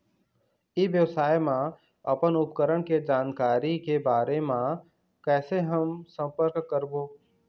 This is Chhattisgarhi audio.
ई व्यवसाय मा अपन उपकरण के जानकारी के बारे मा कैसे हम संपर्क करवो?